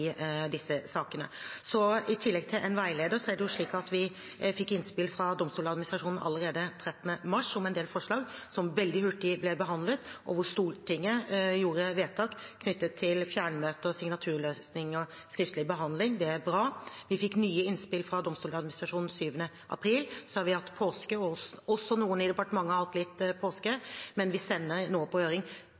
disse sakene. I tillegg til en veileder er det slik at vi fikk innspill fra Domstoladministrasjonen allerede 13. mars om en del forslag som veldig hurtig ble behandlet, og hvor Stortinget gjorde vedtak knyttet til fjernmøter, signaturløsninger og skriftlig behandling. Det er bra. Vi fikk nye innspill fra Domstoladministrasjonen 7. april. Så har vi hatt påske, og også noen i departementet har hatt litt påske, men vi sender nå på høring